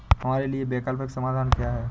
हमारे लिए वैकल्पिक समाधान क्या है?